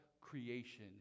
creation